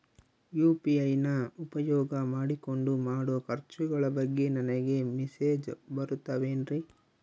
UPI ನ ಉಪಯೋಗ ಮಾಡಿಕೊಂಡು ಮಾಡೋ ಖರ್ಚುಗಳ ಬಗ್ಗೆ ನನಗೆ ಮೆಸೇಜ್ ಬರುತ್ತಾವೇನ್ರಿ?